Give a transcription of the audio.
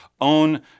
own